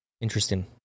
interesting